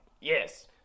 Yes